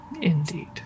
Indeed